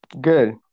Good